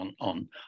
on